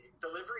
delivery